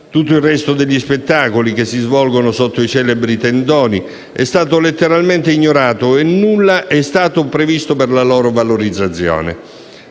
Tutto il resto degli spettacoli che si svolgono sotto i celebri tendoni è stato letteralmente ignorato e nulla è stato previsto per la loro valorizzazione.